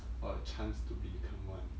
or a chance to become one